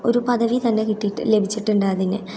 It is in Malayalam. ഒരു പദവി തന്നെ കിട്ടിയിട്ട് ലഭിച്ചിട്ടുണ്ട് അതിന്